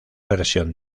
versión